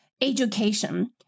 education